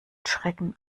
schrecken